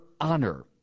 honor